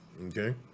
Okay